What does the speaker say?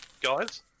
guys